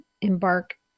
embark